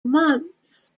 months